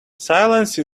silence